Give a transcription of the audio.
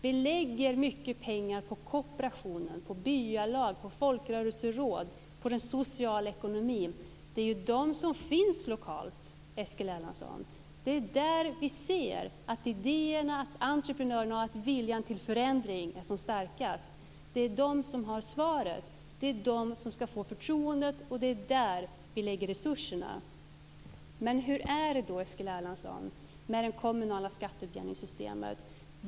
Vi lägger mycket pengar på kooperationen, byalag, folkrörelseråd, den sociala ekonomin. Det är de som finns lokalt, Eskil Erlandsson. Det är där vi ser att idéerna, entreprenörerna och viljan till förändring är som starkast. Det är de som har svaren. Det är de som ska få förtroendet, och det är där vi lägger resurserna. Men hur är det, Eskil Erlandsson, med det kommunala skatteutjämningssystemet?